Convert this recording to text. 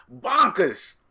bonkers